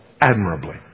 Admirably